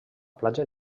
platja